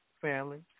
family